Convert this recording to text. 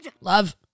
love